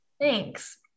Thanks